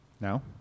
Now